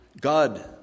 God